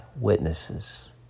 witnesses